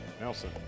Nelson